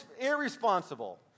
irresponsible